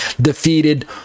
defeated